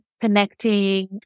connecting